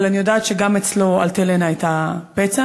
אבל אני יודעת שגם אצלו "אלטלנה" הייתה פצע,